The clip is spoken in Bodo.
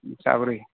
साब्रै